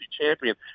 champion